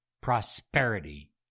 prosperity